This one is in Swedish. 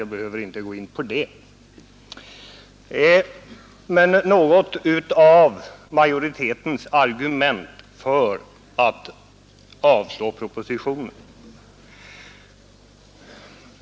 Jag behöver därför inte gå in på den saken utan skall i stället säga något om majoritetens argument för avslag på propositionen.